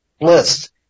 list